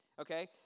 okay